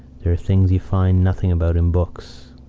there are things you find nothing about in books.